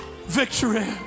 victory